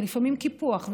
ולפעמים קיפוח,